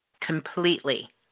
completely